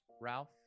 Ralph